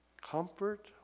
comfort